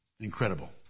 Incredible